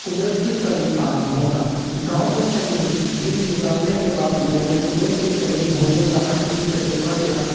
قدرت کے قریب ہونا گاؤں میں چند دن گزارنے کے بعد میں نے قدرت کے قریب ہونے کا حقیقی تجربہ کیا